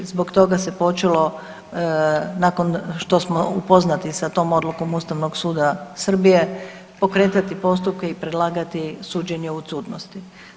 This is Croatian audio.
Zbog toga se počelo nakon što smo upoznati s tom odlukom Ustavnog suda Srbije pokretati postupka i predlagati suđenje u odsutnosti.